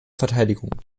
verteidigung